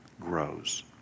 grows